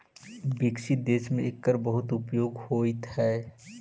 विकसित देश में एकर बहुत उपयोग होइत हई